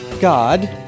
God